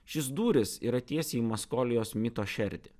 šis dūris yra tiesiai į maskolijos mito šerdį